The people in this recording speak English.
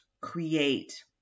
create